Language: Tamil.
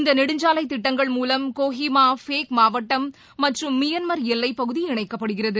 இந்த நெடுஞ்சாலை திட்டங்கள் மூலம் கோஹிமா பேக் மாவட்டம் மற்றும் மியான்மர் எல்லை பகுதி இணைக்கப்படுகிறது